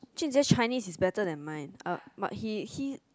Jun-Jie Chinese is better than mine uh but he he